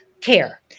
Care